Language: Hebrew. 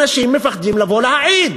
אנשים מפחדים לבוא להעיד.